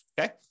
Okay